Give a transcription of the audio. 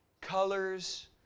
Colors